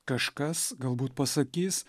kažkas galbūt pasakys